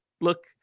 look